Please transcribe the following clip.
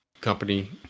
Company